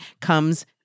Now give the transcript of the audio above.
comes